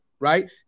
right